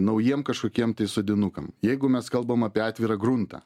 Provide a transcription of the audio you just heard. naujiem kažkokiem sodinukam jeigu mes kalbam apie atvirą gruntą